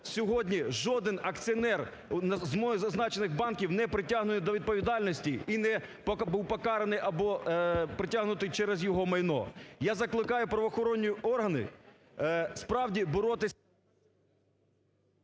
сьогодні жоден акціонер з зазначених банків не притягнений до відповідальності і не був покараний або притягнутий через його майно. Я закликаю правоохоронні органи, справді боротись…